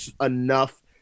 enough